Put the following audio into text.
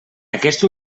aquest